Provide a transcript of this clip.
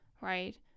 right